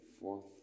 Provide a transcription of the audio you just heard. fourth